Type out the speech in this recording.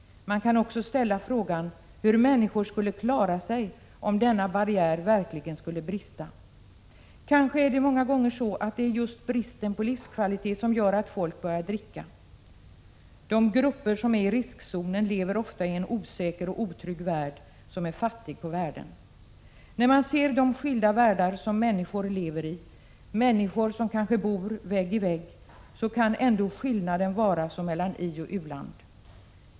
Man kan också ställa frågan hur människor skulle klara sig om denna barriär verkligen skulle brista. Kanske är det många gånger just bristen på livskvalitet som gör att folk börjar dricka. De grupper som är i riskzonen lever ofta i en osäker och otrygg värld som är fattig på värden. När man ser de skilda världar som människor lever i - människor som kanske bor vägg i vägg — så kan ändå skillnaden vara som mellan i-land och u-land.